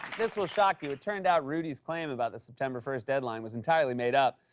this will shock you. it turned out rudy's claim about the september first deadline was entirely made up.